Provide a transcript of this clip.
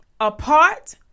apart